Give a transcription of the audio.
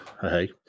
Hey